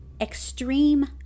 Extreme